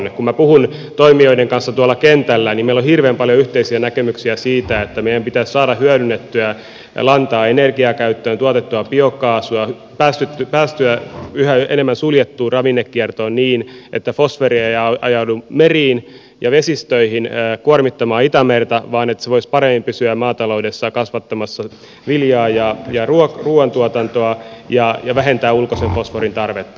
kun minä puhun toimijoiden kanssa tuolla kentällä niin meillä on hirveän paljon yhteisiä näkemyksiä siitä että meidän pitäisi saada hyödynnettyä lantaa energiakäyttöön tuotettua biokaasua päästyä yhä enemmän suljettuun ravinnekiertoon niin että fosforia ei ajaudu meriin ja vesistöihin kuormittamaan itämerta vaan että se voisi paremmin pysyä maataloudessa kasvattamassa viljaa ja ruoantuotantoa ja vähentää ulkoisen fosforin tarvetta